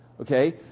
Okay